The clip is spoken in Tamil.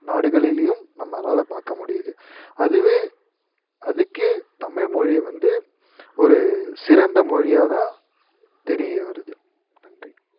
நாடுகளிலையும் நம்மளால் பார்க்க முடியுது அதுவே அதுக்கே தமிழ்மொழியை வந்து ஒரு சிறந்த மொழியாக தான் தெரிய வருது நன்றி